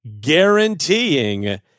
guaranteeing